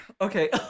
okay